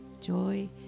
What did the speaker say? Joy